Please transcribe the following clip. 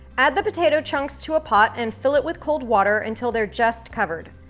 add the potato chunks to a pot and fill it with cold water until they're just covered.